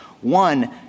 One